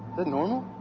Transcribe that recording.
ah normal?